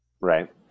right